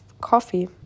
coffee